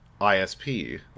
ISP